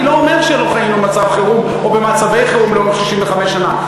אני לא אומר שלא חיינו במצב חירום או במצבי חירום לאורך 65 שנה,